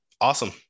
awesome